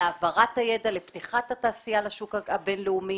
להעברת הידע, לפתיחת התעשייה לשוק הבינלאומי